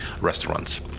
restaurants